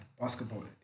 basketball